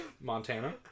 Montana